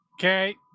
Okay